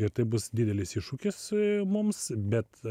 ir tai bus didelis iššūkis mums bet